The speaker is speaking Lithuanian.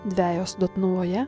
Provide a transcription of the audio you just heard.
dvejos dotnuvoje